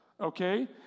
okay